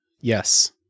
Yes